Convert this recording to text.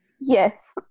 Yes